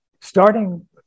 starting